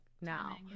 now